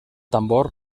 tambor